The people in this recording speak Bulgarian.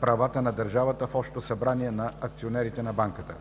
правата на държавата в Общото събрание на акционерите на банката.